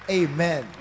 amen